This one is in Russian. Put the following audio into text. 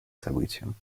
событием